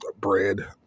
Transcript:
bread